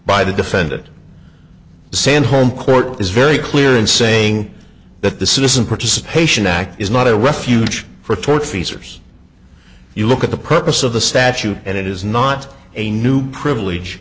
by the defendant sand home court is very clear in saying that the citizen participation act is not a refuge for tortfeasor if you look at the purpose of the statute and it is not a new privilege